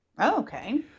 Okay